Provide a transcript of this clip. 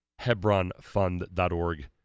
Hebronfund.org